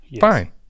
fine